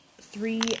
three